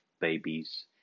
babies